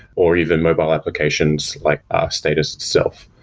or even mobile applications, like status itself.